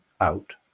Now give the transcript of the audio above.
out